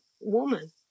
woman